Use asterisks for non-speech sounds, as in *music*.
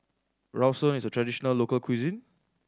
*unintelligible* is a traditional local cuisine